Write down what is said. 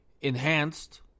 enhanced